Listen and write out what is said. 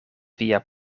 via